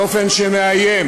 באופן שמאיים,